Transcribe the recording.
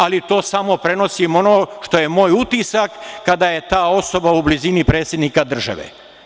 Ali, to samo prenosim ono što je moj utisak kada je ta osoba u blizini predsednika države.